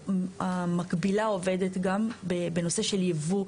המקבילה עובדת גם בנושא של ייבוא,